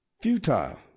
Futile